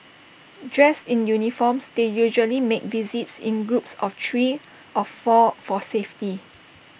dressed in uniforms they usually make visits in groups of three of four for safety